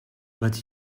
but